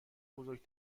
بزرگ